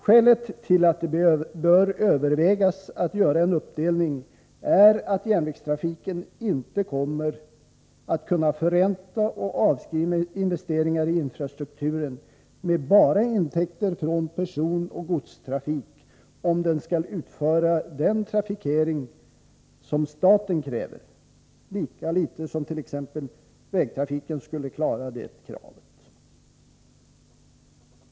Skälet till att en uppdelning bör övervägas är att järnvägstrafiken inte kommer att kunna förränta och avskriva investeringarna i infrastrukturen med bara intäkter från personoch godstrafik, om den skall utföra den trafikering som staten kräver — lika litet som t.ex. vägtrafiken skulle klara det kravet.